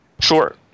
sure